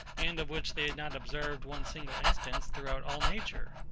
and of which they had not observed one single instance throughout all nature.